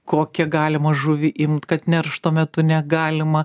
kokią galima žuvį imt kad neršto metu negalima